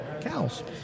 cows